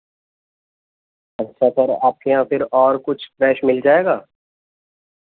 اچھا سر آپ کے یہاں پھر اور کچھ فریش مل جائے گا